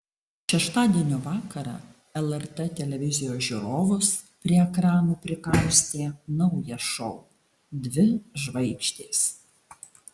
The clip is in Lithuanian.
šeštadienio vakarą lrt televizijos žiūrovus prie ekranų prikaustė naujas šou dvi žvaigždės